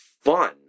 fun